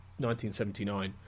1979